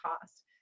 cost